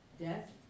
Death